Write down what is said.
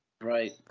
Right